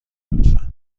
لطفا